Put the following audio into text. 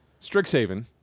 Strixhaven